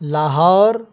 Lahore